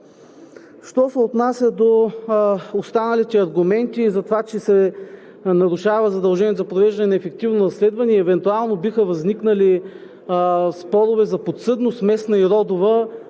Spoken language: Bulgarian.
Що се отнася до останалите аргументи – за това, че се нарушава задължението за провеждане на ефективно разследване и евентуално биха възникнали спорове за подсъдност – местна и родова,